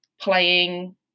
playing